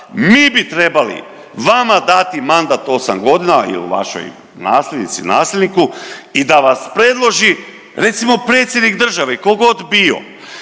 Mi bi trebali vama dati mandat osam godina, jer u vašoj nasljednici, nasljedniku i da vas predložio recimo predsjednik države tko god bio.